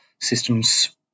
systems